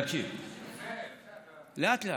תקשיב: לאט-לאט,